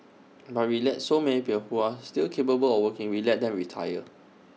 but we let so many people who are still capable of working we let them retire